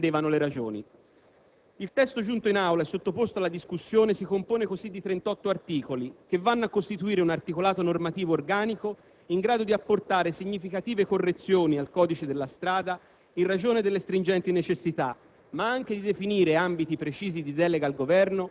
che ha suscitato preoccupazioni e contrarietà in molte famiglie italiane, che pure ne comprendevano le ragioni. Il testo giunto in Aula e sottoposto alla discussione si compone così di 38 articoli, che vanno a costituire un articolato normativo organico in grado di apportare significative correzioni al codice della strada,